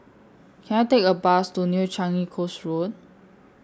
Can I Take A Bus to New Changi Coast Road